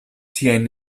siajn